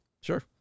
Sure